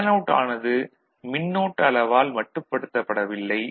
fan out ஆனது மின்னோட்ட அளவால் மட்டுப்படுத்தப்படவில்லை